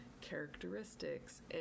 characteristics